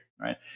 right